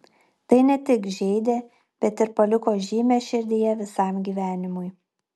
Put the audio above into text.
tai ne tik žeidė bet ir paliko žymę širdyje visam gyvenimui